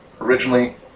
originally